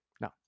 No